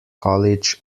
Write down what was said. college